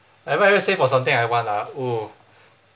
have I ever save for something I want ah oo